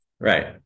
right